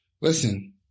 Listen